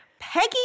Peggy